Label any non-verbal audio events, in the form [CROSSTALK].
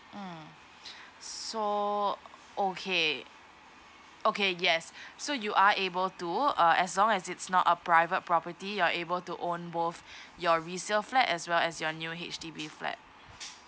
mm so okay okay yes so you are able to uh as long as it's not a private property you're able to own both [BREATH] your resale flat as well as your new H_D_B flat